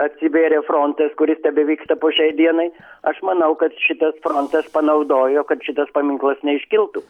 atsivėrė frontas kuris tebevyksta po šiai dienai aš manau kad šitas frontas panaudojo kad šitas paminklas neiškiltų